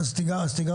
דבר